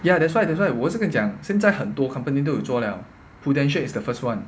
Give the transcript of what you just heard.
ya that's why that's why 我是跟你讲现在有很多 company 都做了 Prudential is the first one